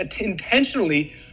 intentionally